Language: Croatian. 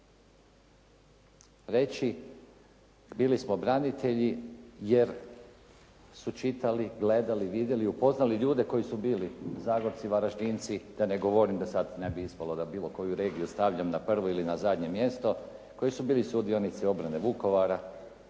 reći bili smo branitelji jer su čitali, gledali, vidjeli, upoznali ljude koji su bili Zagorci, Varaždinci, da ne govorim da sad ne bi ispalo da bilo koju regiju stavljam na prvo ili na zadnje mjesto koji su bili sudionici obrane Vukovara